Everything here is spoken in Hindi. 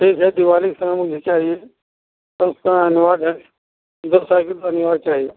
ठीक है दिवाली के समय मुझे चाहिए अब उसका अविनार्य है दो साइकिल तो अनिवार्य चाहिए